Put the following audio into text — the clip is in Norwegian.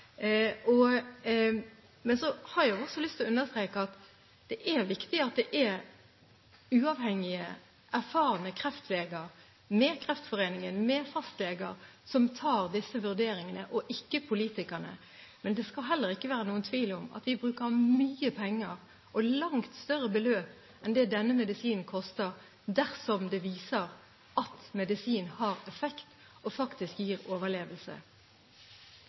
Jeg har også lyst til å understreke at det er viktig at det er uavhengige, erfarne kreftleger – sammen med Kreftforeningen, sammen med fastleger – som tar disse vurderingene, og ikke politikerne. Men det skal heller ikke være noen tvil om at vi bruker mye penger, og langt større beløp enn det denne medisinen koster, dersom det viser seg at medisinen har effekt og faktisk gir overlevelse.